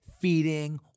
feeding